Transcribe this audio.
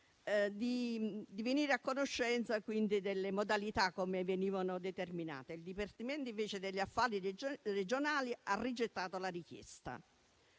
di venire a conoscenza delle modalità con cui venivano determinati. Il Dipartimento degli affari regionali ha rigettato invece la richiesta,